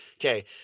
Okay